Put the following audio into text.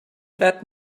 that